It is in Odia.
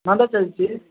ଭଲ ଚାଲିଛି